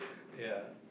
ya